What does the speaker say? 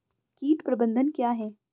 कीट प्रबंधन क्या है?